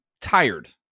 tired